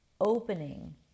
opening